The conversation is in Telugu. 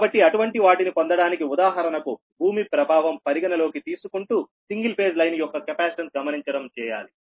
కాబట్టి అటువంటి వాటిని పొందడానికి ఉదాహరణకు భూమి ప్రభావం పరిగణలోకి తీసుకుంటూ సింగిల్ ఫేజ్ లైన్ యొక్క కెపాసిటెన్స్ గమనించడం చేయాలి